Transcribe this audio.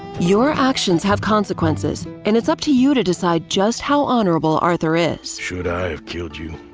your actions have consequences and it's up to you to decide just how honorable arthur is. should i have killed you,